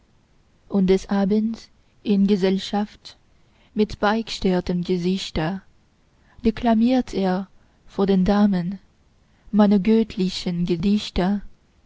und des abends in gesellschaft mit begeistertem gesichte deklamiert er vor den damen meine göttlichen gedichte